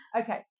okay